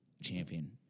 champion